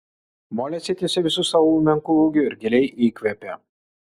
molė atsitiesė visu savo menku ūgiu ir giliai įkvėpė